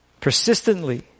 Persistently